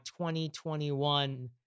2021